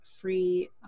free